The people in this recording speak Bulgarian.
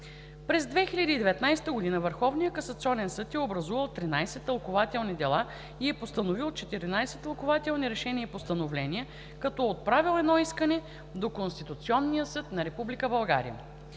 През 2019 г. Върховния касационен съд е образувал 13 тълкувателни дела и е постановил 14 тълкувателни решения и постановления, като е отправил едно искане до Конституционния съд на